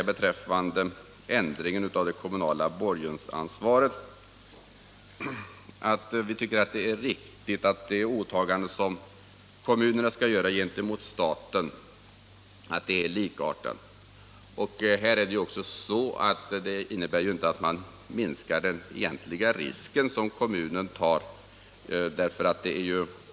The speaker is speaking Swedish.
Beträffande ändringen av det kommunala borgensansvaret vill jag säga att vi tycker det är riktigt att det åtagande som kommunerna skall göra gentemot staten är likartat. Det innebär ju inte att man minskar den egentliga risk som kommunen tar.